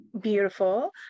Beautiful